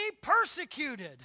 persecuted